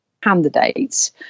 candidates